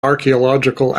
archaeological